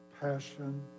passion